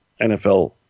NFL